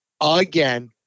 again